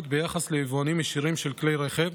ביחס ליבואנים ישירים של כלי הרכב,